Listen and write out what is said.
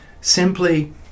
simply